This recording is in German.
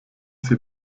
sie